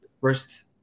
first